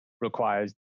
requires